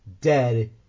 dead